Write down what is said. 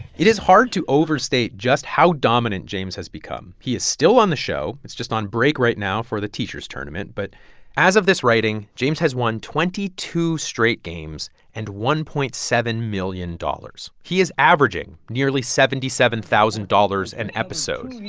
it is hard to overstate just how dominant james has become. he is still on the show. it's just on break right now for the teachers tournament. but as of this writing, james has won twenty two straight games and one point seven million dollars. he is averaging nearly seventy seven thousand dollars an episode,